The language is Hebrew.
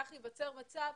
כך ייווצר מצב,